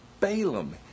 Balaam